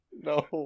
No